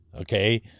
okay